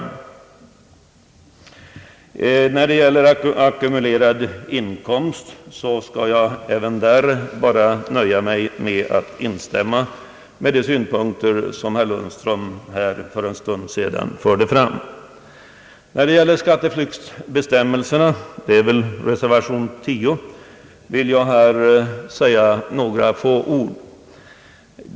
Även när det gäller ackumulerad inkomst skall jag nöja mig med att in stämma i de synpunkter som herr Lundström för en stund sedan förde fram. Beträffande <<skatteflyktsbestämmelserna, som behandlas i reservation nr 10, vill jag anföra några få ord.